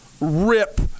rip